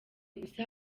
gusa